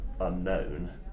unknown